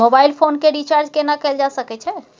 Mobile phone के recharge केना कैल जा सकै छै?